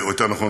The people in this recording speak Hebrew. או יותר נכון,